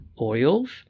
Oils